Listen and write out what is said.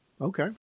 Okay